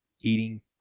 Eating